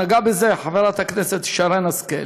נגעה בזה חברת הכנסת שרן השכל,